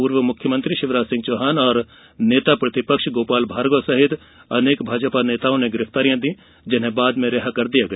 पूर्व मुख्यमंत्री शिवराज सिंह चौहान नेता प्रतिपक्ष गोपाल भार्गव सहित अनेक भाजपा नेताओ ने गिरफ्तारियां दी जिन्हें बाद में रिहा कर दिया गया